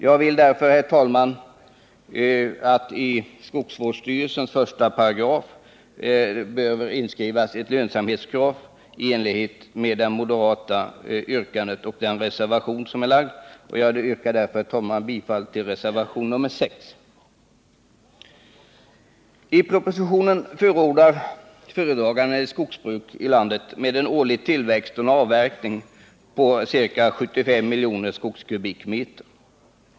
Jag vill därför, herr talman, att det i skogsvårdslagens 1 § skrivs in ett lönsamhetskrav i enlighet med det moderata yrkandet i reservationen 6, som jag härmed yrkar bifall till. I propositionen förordar departementschefen ett skogsbruk här i landet med en årlig tillväxt och avverkning på ca 75 miljoner skogskubikmeter.